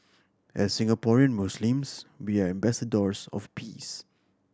as Singaporean Muslims we are ambassadors of peace